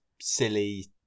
silly